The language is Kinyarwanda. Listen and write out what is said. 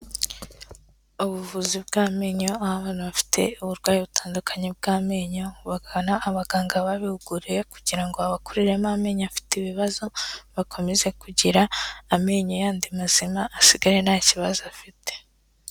Abuvuzi bw'amenyo aba abantu bafite uburwayi butandukanye bw'amenyo, bakagana abaganga babihuguriye kugira ngo babakuriremo amenyo afite ibibazo, bakomeze kugira amenyo yandi mazima asigare nta kibazo afite.